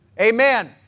Amen